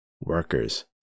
workers